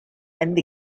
and